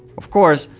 of course,